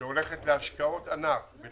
אז ארצות הברית הולכת להשקיע בתחום